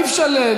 אי-אפשר.